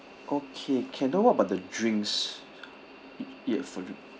okay can then what about the drinks yeah for drink